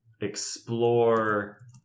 explore